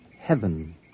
heaven